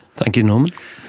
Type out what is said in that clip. thank you norman.